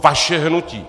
Vaše hnutí!